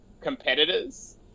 competitors